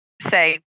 say